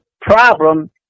problem